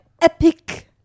epic